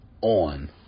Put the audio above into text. on